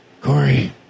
Corey